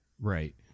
right